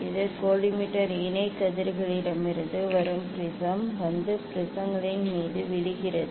இது கோலிமேட்டர் இணை கதிர்களிடமிருந்து வரும் ப்ரிஸம் வந்து ப்ரிஸங்களின் மீது விழுகிறது